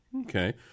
Okay